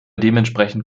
dementsprechend